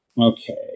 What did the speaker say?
Okay